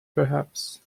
perhaps